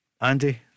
Andy